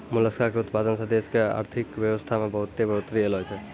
मोलसका के उतपादन सें देश के आरथिक बेवसथा में बहुत्ते बढ़ोतरी ऐलोॅ छै